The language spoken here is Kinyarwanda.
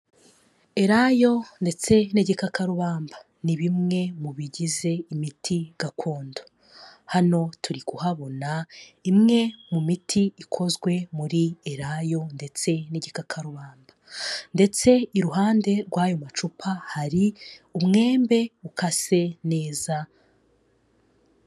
Elayo ndetse n'igikakarubamba, ni bimwe mu bigize imiti gakondo, hano turi kuhabona imwe mu miti ikozwe muri elayo ndetse n'igikakarubanda ndetse iruhande rw'ayo macupa hari umwembe ukase neza.